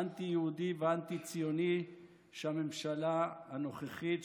האנטי-יהודי והאנטי-ציוני שהממשלה הנוכחית,